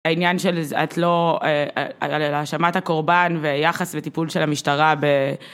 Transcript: העניין של את לא, על האשמת הקורבן ויחס וטיפול של המשטרה ב...